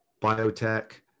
biotech